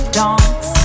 dance